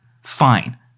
fine